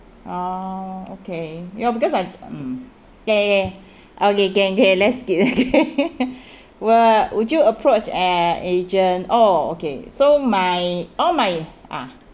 orh okay yeah because I mm ya ya ya okay can can let's skip let's skip what would you approach an agent oh okay so my all my ah